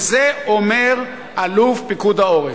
ואת זה אומר אלוף פיקוד העורף.